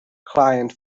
client